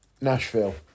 Nashville